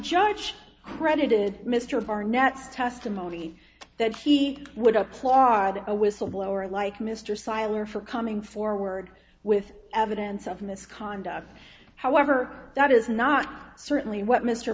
judge credited mr barnett's testimony that he would applaud a whistleblower like mr siler for coming forward with evidence of misconduct however that is not certainly what mr